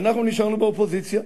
ואנחנו נשארנו באופוזיציה.